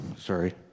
sorry